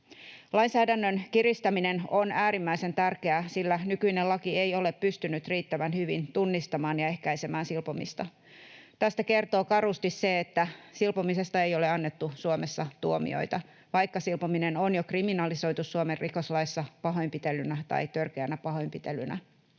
Lainsäädännön kiristäminen on äärimmäisen tärkeää, sillä nykyinen laki ei ole pystynyt riittävän hyvin tunnistamaan ja ehkäisemään silpomista. Tästä kertoo karusti se, että silpomisesta ei ole annettu Suomessa tuomioita, vaikka silpominen on jo kriminalisoitu Suomen rikoslaissa pahoinpitelynä tai törkeänä pahoinpitelynä.